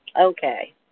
Okay